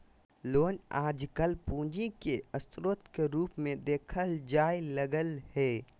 loan आजकल पूंजी के स्रोत के रूप मे देखल जाय लगलय हें